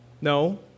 No